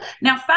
Now